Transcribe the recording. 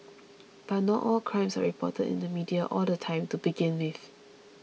but not all crimes are reported in the media all the time to begin with